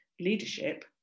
leadership